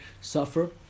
suffer